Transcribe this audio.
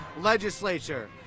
legislature